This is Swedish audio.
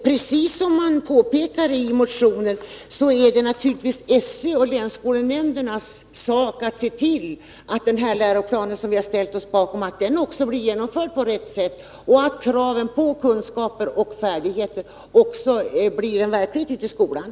Precis som man påpekar i motionen, är det naturligtvis SÖ:s och länsskolnämndernas sak att se till att den läroplan som vi har ställt oss bakom också blir genomförd på rätt sätt och att kraven på kunskaper och färdigheter omsätts i verklighet ute i skolan.